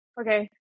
okay